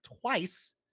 twice